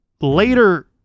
Later